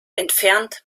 entfernt